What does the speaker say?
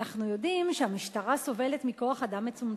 'אנחנו יודעים שהמשטרה סובלת מכוח אדם מצומצם,